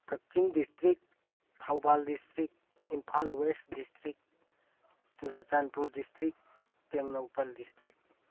Kakching district Thoubal district Imphal west district Churachandpur district Tengnoupal district